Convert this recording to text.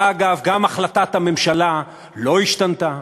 ואגב, גם החלטת הממשלה לא השתנתה.